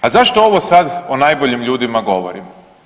A zašto ovo sada o najboljim ljudima govorim?